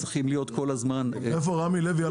צריכים להיות כל הזמן --- איפה רמי לוי?